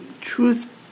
truth